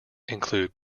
include